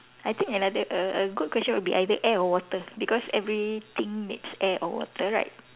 I think another a a good question would be either air or water because everything needs air or water right